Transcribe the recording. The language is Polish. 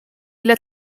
ile